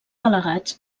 delegats